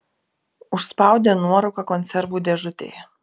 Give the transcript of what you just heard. užspaudė nuorūką konservų dėžutėje